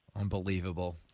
Unbelievable